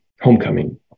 homecoming